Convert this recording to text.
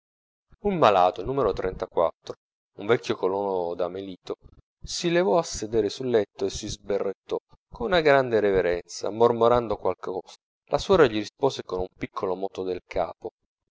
un malato il numero un vecchio colono da melito si levò a sedere sul letto e si sberrettò con una grande reverenza mormorando qualcosa la suora gli rispose con un piccolo moto del capo